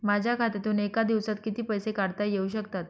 माझ्या खात्यातून एका दिवसात किती पैसे काढता येऊ शकतात?